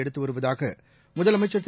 எடுத்து வருவதாக முதலமைச்சர் திரு